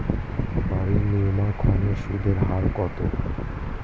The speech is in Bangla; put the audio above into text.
বাড়ি নির্মাণ ঋণের সুদের হার কত?